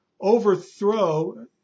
overthrow